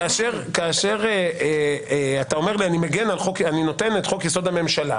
כאשר אתה אומר לי שאתה נותן את חוק-יסוד: הממשלה